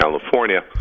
California